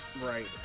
right